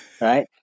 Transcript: right